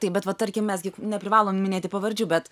taip bet va tarkim mes gi neprivalom minėti pavardžių bet